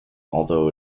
although